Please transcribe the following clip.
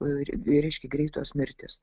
ir reiškia greitos mirtys